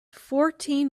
fourteen